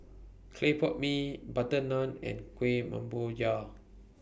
Clay Pot Mee Butter Naan and Kuih